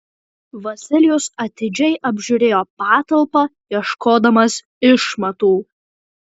vasilijus atidžiai apžiūrėjo patalpą ieškodamas išmatų